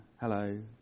hello